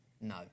No